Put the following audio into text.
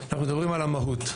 אנחנו מדברים על המהות,